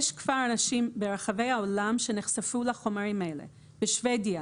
יש כבר אנשים ברחבי העולם שנחשפו לחומרים האלה: בשוודיה,